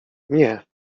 nie